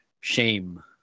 shame